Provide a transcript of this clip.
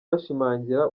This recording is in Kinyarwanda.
bashimangira